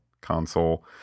console